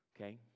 okay